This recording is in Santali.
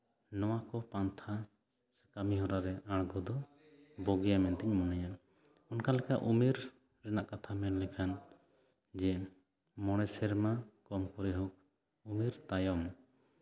ᱱᱚᱣᱟ ᱠᱚ ᱯᱟᱱᱛᱷᱟ ᱥᱮ ᱠᱟᱹᱢᱤ ᱦᱚᱨᱟᱨᱮ ᱟᱬᱜᱚ ᱫᱚ ᱵᱩᱜᱤᱭᱟ ᱢᱮᱱᱛᱤᱧ ᱢᱚᱱᱮᱭᱟ ᱚᱱᱠᱟ ᱞᱮᱠᱟ ᱩᱢᱮᱨ ᱨᱮᱱᱟᱜ ᱠᱟᱛᱷᱟ ᱢᱮᱱ ᱞᱮᱠᱷᱟᱱ ᱡᱮ ᱢᱚᱬᱮ ᱥᱮᱨᱢᱟ ᱠᱚᱢ ᱠᱚᱨᱮ ᱦᱳᱠ ᱩᱢᱮᱨ ᱛᱟᱭᱚᱢ